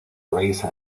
race